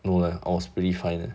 no lah I was pretty fine eh